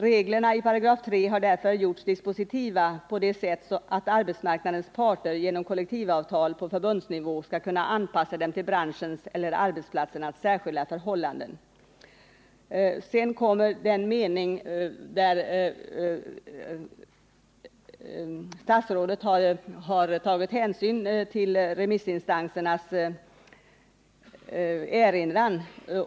Reglerna i 3 § har därför gjorts dispositiva på det sättet att arbetsmarknadens parter genom kollektivavtal på förbundsnivå skall kunna anpassa dem till branschens eller arbetsplatsernas särskilda förhållanden.” Sedan följer den mening beträffande vilken statsrådet tagit hänsyn till remissinstansernas erinran.